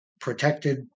protected